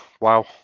Wow